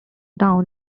down